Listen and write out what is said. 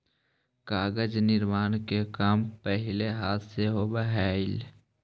कागज निर्माण के काम पहिले हाथ से होवऽ हलइ